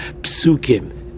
psukim